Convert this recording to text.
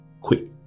quick